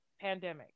Pandemic